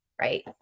right